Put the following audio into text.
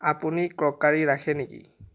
আপুনি ক্ৰ'কাৰী ৰাখে নেকি